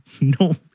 no